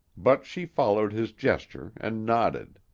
but she followed his gesture and nodded.